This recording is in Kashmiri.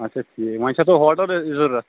اچھا ٹھیٖک وۄنۍ چھا تۄہہِ ہوٹل ضرَوٗرت